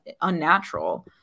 unnatural